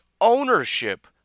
ownership